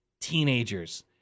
teenagers